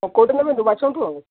ହଁ କେଉଁଟା ନେବେ ବାଛନ୍ତୁ